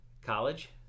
College